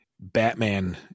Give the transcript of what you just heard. Batman